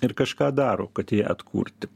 ir kažką daro kad ją atkurti